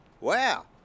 Wow